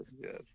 yes